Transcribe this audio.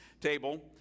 table